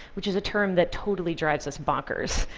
which is a term that totally drives us bonkers.